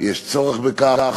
יש צורך בכך,